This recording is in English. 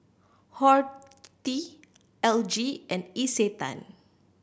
Horti L G and Isetan